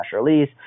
release